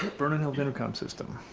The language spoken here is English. burning held intercom system.